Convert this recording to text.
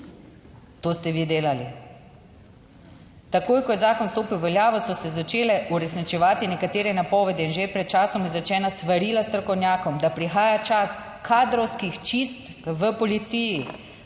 To ste vi delali. Takoj, ko je zakon stopil v veljavo, so se začele uresničevati nekatere napovedi in že pred časom izrečena svarila strokovnjakom, da prihaja čas kadrovskih čistk v policiji.